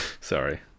Sorry